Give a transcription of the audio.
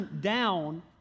down